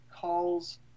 calls